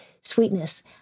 sweetness